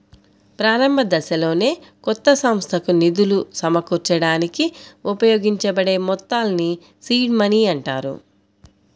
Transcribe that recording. ప్రారంభదశలోనే కొత్త సంస్థకు నిధులు సమకూర్చడానికి ఉపయోగించబడే మొత్తాల్ని సీడ్ మనీ అంటారు